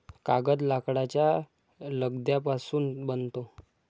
कागद लाकडाच्या लगद्यापासून बनतो